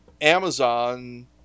Amazon